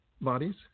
bodies